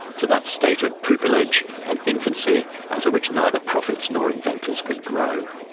to that state of pupillage and infancy out of which neither prophets nor inventors could grow.